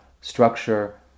structure